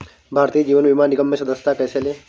भारतीय जीवन बीमा निगम में सदस्यता कैसे लें?